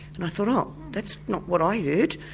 and i thought oh, that's not what i heard,